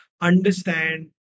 understand